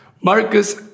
Marcus